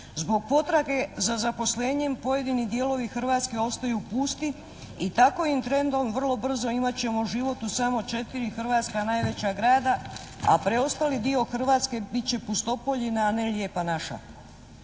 Zbog potrage za zaposlenjem pojedini dijelovi Hrvatske ostaju pusti i takovim trendom vrlo brzo imat ćemo život u samo četiri hrvatska najveća grada, a preostali dio Hrvatske bit će pustopoljina, a ne Lijepa naša.